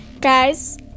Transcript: guys